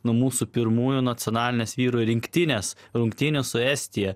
nuo mūsų pirmųjų nacionalinės vyrų rinktinės rungtynių su estija